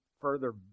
further